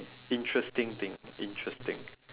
interesting thing interesting